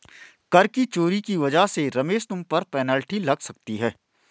कर की चोरी की वजह से रमेश तुम पर पेनल्टी लग सकती है